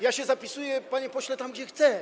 Ja się zapisuję, panie pośle, tam, gdzie chcę.